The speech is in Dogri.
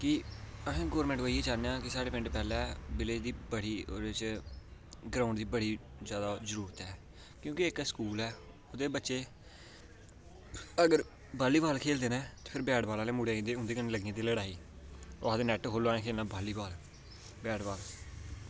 की अस गौरमेंट कोला इयै चाह्ने की साढ़े पिंड पैह्लें विलेज़ गी ग्राऊंड दी बड़ी जादा जरूरत ऐ की के इक्क स्कूल ऐ उत्थें बच्चे अगर बॉलीबाल खेल्लदे न फिर बैट बॉल आह्ले मुड़े आई जंदे उंदे कन्नै लग्गी जंदी लड़ाई ओह् आक्खदे नेट खोलो असें खेल्लना वॉलीबॉल बैट बॉल